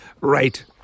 Right